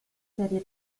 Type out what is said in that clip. serie